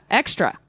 extra